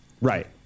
Right